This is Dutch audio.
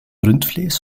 rundvlees